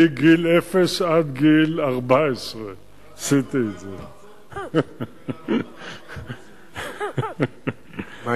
עשיתי את זה מגיל אפס עד גיל 14. אבל